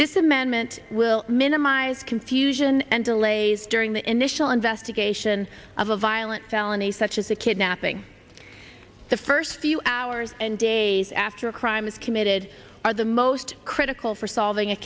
amendment will minimize confusion and delays during the initial investigation of a violent felony such as a kidnapping the first few hours and days after a crime is committed are the most critical for solving a